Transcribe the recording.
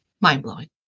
mind-blowing